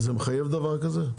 זה מחייב דבר כזה?